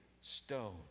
stone